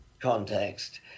context